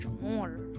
more